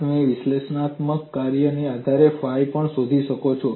અને તમે વિશ્લેષણાત્મક કાર્યોના આધારે ફાઈ પણ શોધી શકો છો